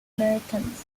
americans